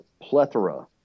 plethora